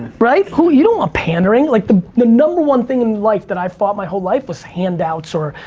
right? who, you don't want pandering. like the number one thing in life that i've fought my whole life was handouts or,